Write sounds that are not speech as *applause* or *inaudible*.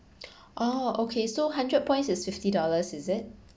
*breath* oh okay so hundred points is fifty dollars is it